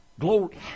Glory